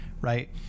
right